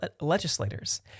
legislators